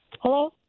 Hello